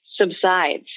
subsides